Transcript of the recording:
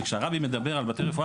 וכשהרבי מדבר על בתי רפואה,